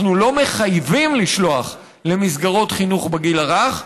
אנחנו לא מחייבים לשלוח למסגרות חינוך בגיל הרך,